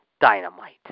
dynamite